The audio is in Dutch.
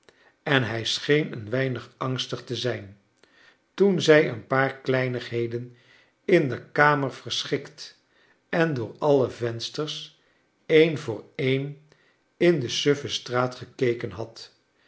en hij scheen een weinig angstig te zijn toen zij een paar kleinigheden in de kamer verschikt en door alle vensters een voor een in de suffe straat gekeken had